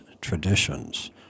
traditions